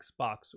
Xbox